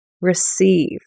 receive